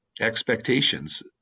expectations